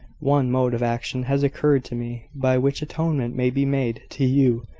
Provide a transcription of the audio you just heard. one mode of action has occurred to me, by which atonement may be made to you,